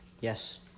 Yes